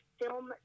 film